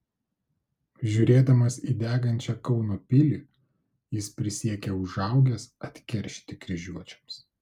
žiūrėdamas į degančią kauno pilį jis prisiekė užaugęs atkeršyti kryžiuočiams